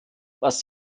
was